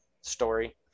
story